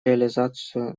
реализацию